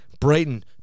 Brighton